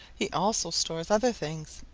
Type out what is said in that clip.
he also stores other things.